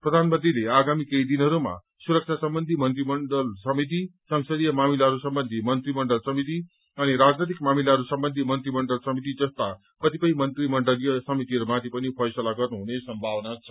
प्रधानमन्त्रीले आगामी केही दिनहरूमा सुरक्षा सम्बन्धी मन्त्रीमण्डल समिति संसदीय मामिलाहरू सम्बन्धी मन्त्रीमण्डल समिति अनि राजनैतिक मामिलाहरू सम्बन्धी मन्त्री मण्डल समिति जस्ता कतिपय मन्त्रीमण्डलीय समितिहरूमाथि पनि फैसला गर्नुहुने सम्मावना छ